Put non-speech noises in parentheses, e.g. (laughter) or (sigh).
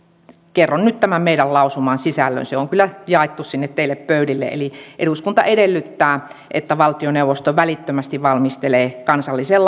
kerron nyt tämän meidän lausumamme sisällön se on kyllä jaettu sinne teille pöydillekin eli eduskunta edellyttää että valtioneuvosto välittömästi valmistelee kansalliseen (unintelligible)